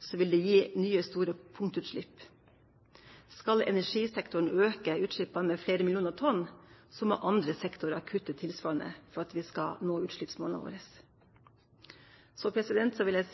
Så vil jeg si